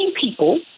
people